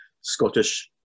Scottish